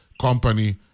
Company